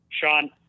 Sean